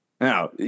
Now